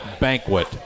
banquet